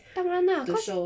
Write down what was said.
当然啦 cause